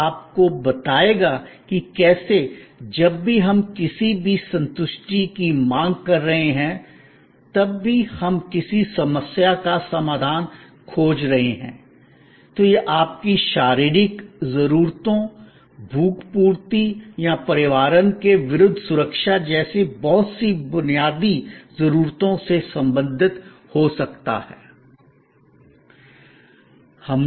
और यह आपको बताएगा कि कैसे जब भी हम किसी भी संतुष्टि की मांग कर रहे हैं जब भी हम किसी समस्या का समाधान खोज रहे हैं तो यह आपकी शारीरिक जरूरतों भूख पूर्ति या पर्यावरण के विरुद्ध सुरक्षा जैसी बहुत ही बुनियादी जरूरतों से संबंधित हो सकता है